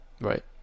Right